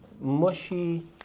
mushy